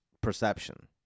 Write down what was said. perception